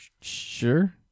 Sure